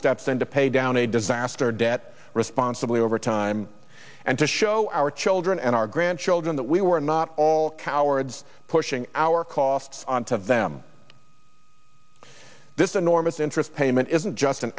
steps in to pay down a disaster debt responsibly over time and to show our children and our grandchildren that we were not all cowards pushing our costs on to them this enormous interest payment isn't just an